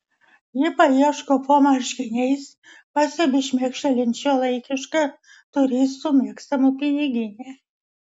ji paieško po marškiniais pastebiu šmėkštelint šiuolaikišką turistų mėgstamą piniginę